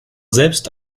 selbst